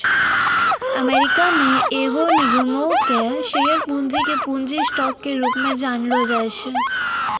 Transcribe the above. America मे एगो निगमो के शेयर पूंजी के पूंजी स्टॉक के रूपो मे जानलो जाय छै